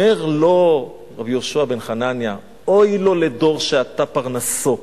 אומר לו רבי יהושע בן חנניה: אוי לו לדור שאתה פרנסו,